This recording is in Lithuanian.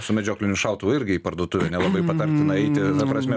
su medžiokliniu šautuvu irgi į parduotuvę nelabai patartina eiti ta prasme